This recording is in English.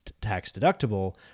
tax-deductible